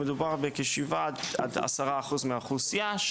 שמדובר בכ-7 עד 10 אחוז מהאוכלוסייה,